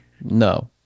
No